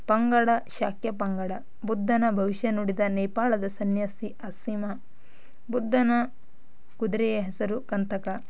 ಪಂಗಡ ಶಾಕ್ಯ ಪಂಗಡ ಬುದ್ಧನ ಭವಿಷ್ಯ ನುಡಿದ ನೇಪಾಳದ ಸನ್ಯಾಸಿ ಅಸೀಮಾ ಬುದ್ಧನ ಕುದುರೆಯ ಹೆಸರು ಕಂತಕ